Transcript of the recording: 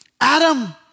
Adam